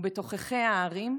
ובתוככי הערים,